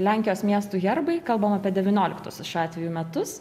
lenkijos miestų herbai kalbam apie devynioliktuosius šiuo atveju metus